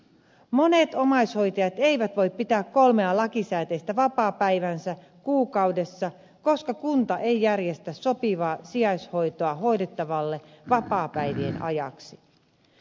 monet omaishoitajat eivät voi pitää kolmea lakisääteistä vapaapäiväänsä kuukaudessa koska kunta ei järjestä sopivaa sijaishoitoa hoidettavalle vapaapäivien ajaksi